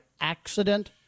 accident